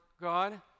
God